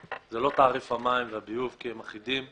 זה לא תעריף המים והביוב כי הם אחידים,